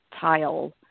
tile